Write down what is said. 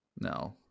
No